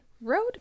Road